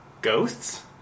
ghosts